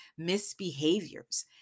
misbehaviors